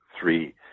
three